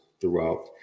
throughout